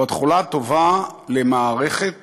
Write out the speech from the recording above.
הוא התחלה טובה למערכת